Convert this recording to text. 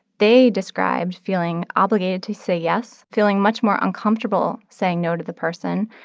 they described feeling obligated to say yes, feeling much more uncomfortable saying no to the person.